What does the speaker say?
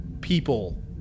people